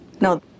No